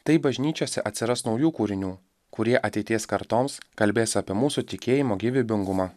taip bažnyčiose atsiras naujų kūrinių kurie ateities kartoms kalbės apie mūsų tikėjimo gyvybingumą